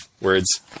words